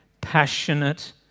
passionate